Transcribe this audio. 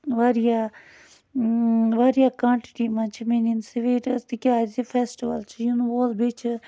واریاہ واریاہ کانٹِٹی منٛز چھِ مےٚ نِنۍ سِویٖٹٕس تِکیٛازِ فٮ۪سٹٕوَل چھِ یِنہٕ وول بیٚیہِ چھِ